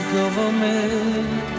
government